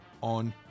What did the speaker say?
on